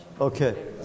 Okay